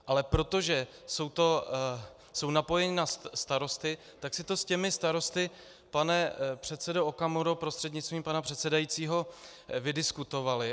Ale protože jsou napojeni na starosty, tak si to s těmi starosty, pane předsedo Okamuro, prostřednictvím pana předsedajícího, vydiskutovali.